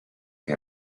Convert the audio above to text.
che